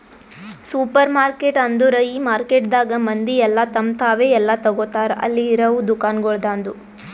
supermarket ಅಂದುರ್ ಈ ಮಾರ್ಕೆಟದಾಗ್ ಮಂದಿ ಎಲ್ಲಾ ತಮ್ ತಾವೇ ಎಲ್ಲಾ ತೋಗತಾರ್ ಅಲ್ಲಿ ಇರವು ದುಕಾನಗೊಳ್ದಾಂದು